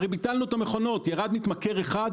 הרי ביטלנו את המכונות, ירד מתמכר אחד?